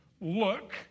look